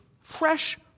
fresh